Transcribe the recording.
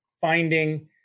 finding